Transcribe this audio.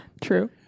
true